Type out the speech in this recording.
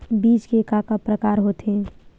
बीज के का का प्रकार होथे?